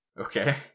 Okay